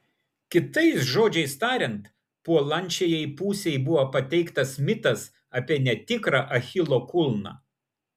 kitais žodžiais tariant puolančiajai pusei buvo pateiktas mitas apie netikrą achilo kulną